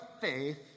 faith